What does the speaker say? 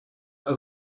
were